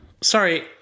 Sorry